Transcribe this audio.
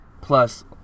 plus